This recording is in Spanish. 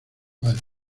vale